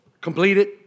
completed